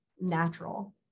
natural